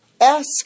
Ask